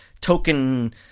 token